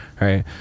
right